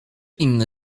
inny